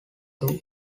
two